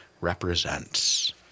represents